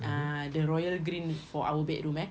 ah the royal green for our bedroom eh